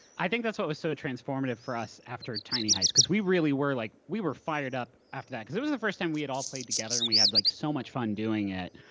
i think that's what was so transformative for us after tiny heist cause we really were like, we were fired up after that. cause it was the first time we had all played together, and we had like so much fun doing it,